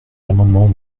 l’amendement